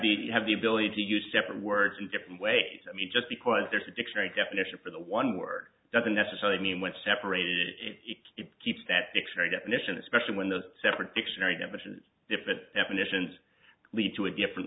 the have the ability to use separate words in different ways i mean just because there's a dictionary definition for the one word doesn't necessarily mean when separated it keeps that dictionary definition especially when those separate dictionary definitions different definitions lead to a different